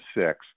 six